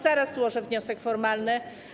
Zaraz złożę wniosek formalny.